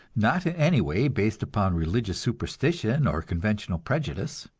not in any way based upon religious superstition or conventional prejudice.